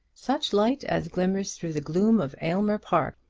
such light as glimmers through the gloom of aylmer park.